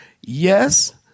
Yes